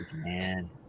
man